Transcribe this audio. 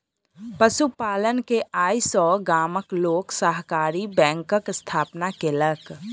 पशु पालन के आय सॅ गामक लोक सहकारी बैंकक स्थापना केलक